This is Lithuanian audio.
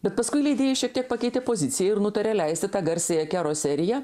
bet paskui leidėjai šiek tiek pakeitė poziciją ir nutarė leisti tą garsiąją kero seriją